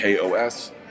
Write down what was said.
KOS